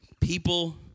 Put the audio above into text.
People